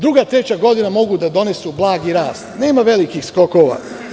Druga, treća godina mogu da donesu blagi rast, nema velikih skokova.